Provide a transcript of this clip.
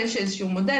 יש איזה שהוא מודל,